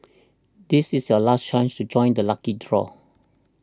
this is your last chance to join the lucky trawl